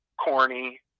corny